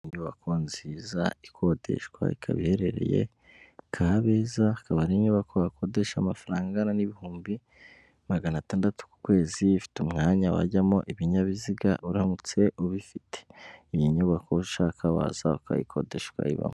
Inyubako nziza ikodeshwa ikaba iherereye Kabeza ikaba ari inyubako bakodesha amafaranga angana n'ibihumbi magana atandatu ku kwezi, ifite umwanya wajyamo ibinyabiziga uramutse ubifite, iyi nyubako ushaka waza ukayikodesha ukayibamo.